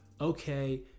okay